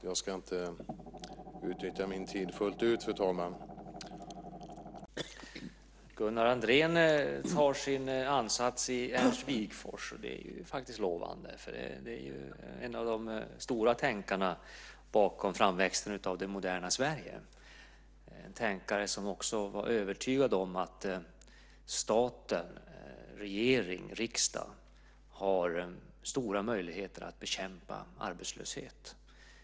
Fru talman! Gunnar Andrén tar ansats i Ernst Wigforss. Det är faktiskt lovande eftersom Wigforss är en av de stora tänkarna bakom framväxten av det moderna Sverige - en tänkare som också var övertygad om att staten, regering och riksdag, har stora möjligheter att bekämpa arbetslöshet.